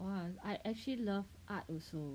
!wah! I actually love art also